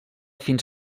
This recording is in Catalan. fins